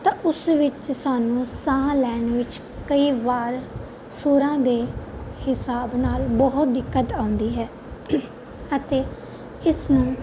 ਤਾਂ ਉਸ ਵਿੱਚ ਸਾਨੂੰ ਸਾਹ ਲੈਣ ਵਿੱਚ ਕਈ ਵਾਰ ਸੁਰਾਂ ਦੇ ਹਿਸਾਬ ਨਾਲ ਬਹੁਤ ਦਿੱਕਤ ਆਉਂਦੀ ਹੈ ਅਤੇ ਇਸ ਨੂੰ